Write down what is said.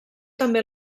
també